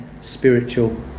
spiritual